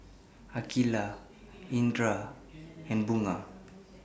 Aqilah Indra and Bunga